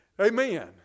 Amen